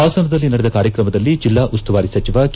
ಹಾಸನದಲ್ಲಿ ನಡೆದ ಕಾರ್ಯಕ್ರಮದಲ್ಲಿ ಜಿಲ್ಲಾ ಉಸ್ತುವಾರಿ ಸಚಿವ ಕೆ